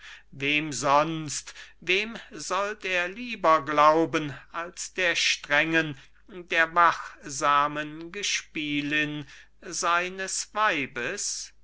wem sonst wem sollt er lieber glauben als der strengen der wachsamen gespielin seines weibes